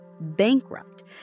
bankrupt